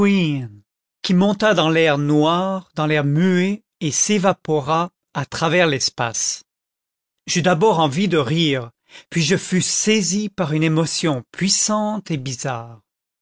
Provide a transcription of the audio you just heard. qui monta dans l'air noir dans l'air muet et s'évapora à travers l'espace j'eus d'abord envie de rire puis je fus saisi par une émotion puissante et bizarre